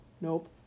nope